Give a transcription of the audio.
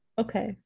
Okay